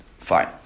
Fine